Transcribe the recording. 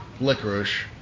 licorice